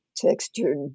Textured